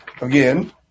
again